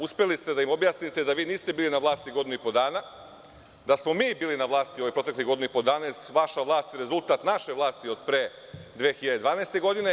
Uspeli ste da im objasnite da vi niste bili na vlasti godinu i po dana, da smo mi bili na vlasti ovih proteklih godinu i po dana jer rezultat naše vlasti od pre 2012. godine.